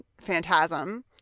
phantasm